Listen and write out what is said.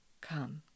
come